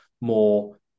more